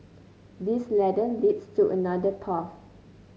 this ladder leads to another path